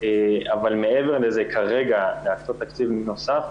אבל מעבר לזה כרגע להקצות תקציב נוסף,